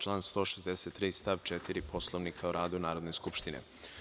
Član 163. stav 4. Poslovnika o radu Narodne skupštine.